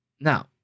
Now